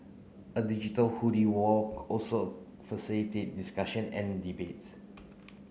a digital wall also facilitate discussion and debates